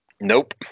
Nope